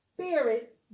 spirit